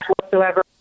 whatsoever